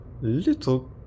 Little